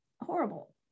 horrible